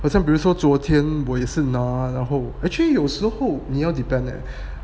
好像比如说昨天我也是拿然后 actually 有时候你要 depend leh